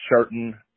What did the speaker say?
certain